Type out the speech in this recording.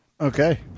okay